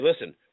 listen